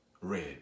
red